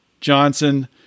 Johnson